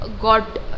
got